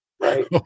right